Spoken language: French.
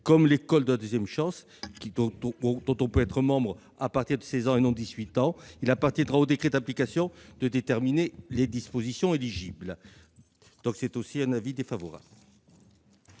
à l'école de la deuxième chance, dont on peut être membre à partir de 16 ans et non de 18 ans. Il appartiendra au décret d'application de déterminer les dispositifs éligibles. Pour l'ensemble